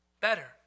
better